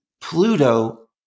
Pluto